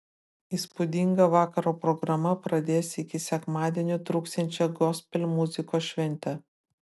įspūdinga vakaro programa pradės iki sekmadienio truksiančią gospel muzikos šventę